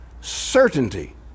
certainty